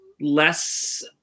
less